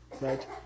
Right